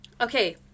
okay